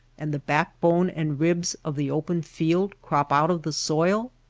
and the backbone and ribs of the open field crop out of the soil?